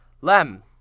Lem